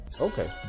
Okay